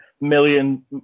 million